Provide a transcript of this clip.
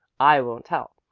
i won't tell,